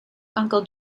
uncle